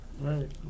Right